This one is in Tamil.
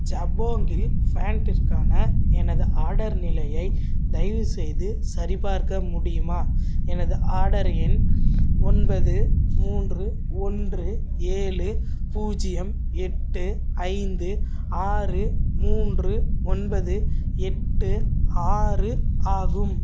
ஜபோங்கில் ஃபேண்ட்ஸ்க்கான எனது ஆர்டர் நிலையை தயவுசெய்து சரிபார்க்க முடியுமா எனது ஆர்டர் எண் ஒன்பது மூன்று ஒன்று ஏழு பூஜ்ஜியம் எட்டு ஐந்து ஆறு மூன்று ஒன்பது எட்டு ஆறு ஆகும்